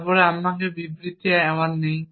তারপরে আমার বিবৃতিটি আর নেই